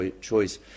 choice